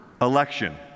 election